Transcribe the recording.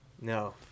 No